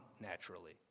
naturally